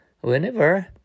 Whenever